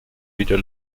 wieder